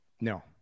No